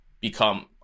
become